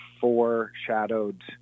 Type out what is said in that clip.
foreshadowed